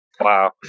Wow